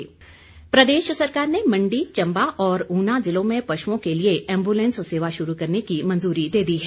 पश ambulance प्रदेश सरकार ने मंडी चंबा और ऊना जिलों में पशुओं के लिए एबुलैंस सेवा शुरू करने की मंजूरी दे दी है